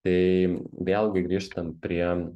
tai vėlgi grįžtam prie